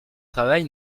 travail